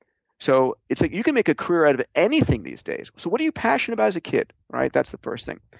so it's like you can make a career out of anything these days. so what are you passionate about as a kid, right? that's the first thing.